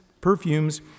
perfumes